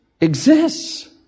exists